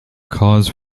cause